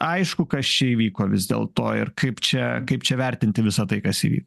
aišku kas čia įvyko vis dėl to ir kaip čia kaip čia vertinti visa tai kas įvyko